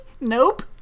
Nope